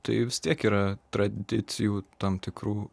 tai vis tiek yra tradicijų tam tikrų